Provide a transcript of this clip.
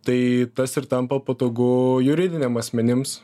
tai tas ir tampa patogu juridiniam asmenims